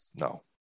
No